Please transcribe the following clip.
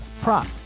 prop